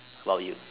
while you